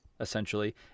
essentially